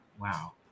Wow